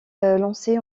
lancée